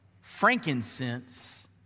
frankincense